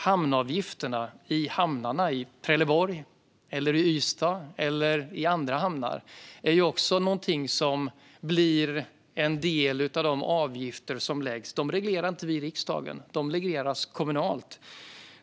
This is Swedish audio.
Hamnavgifterna i hamnarna i Trelleborg och Ystad eller i andra hamnar är också någonting som blir en del av de avgifter som läggs. Dem reglerar inte vi i riksdagen, utan de regleras kommunalt.